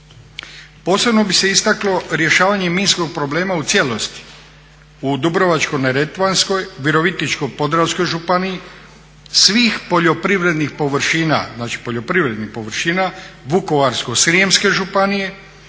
Posebno bi se istaklo rješavanje minskog problema u cijelosti u Dubrovačko-neretvanskoj, Virovitičko-podravskoj županiji svih poljoprivrednih površina znači poljoprivrednih